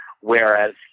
whereas